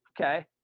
Okay